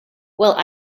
well